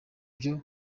byo